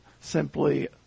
simply